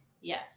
Yes